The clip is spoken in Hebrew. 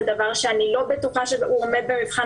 זה דבר שאני לא בטוחה שהוא עומד במבחן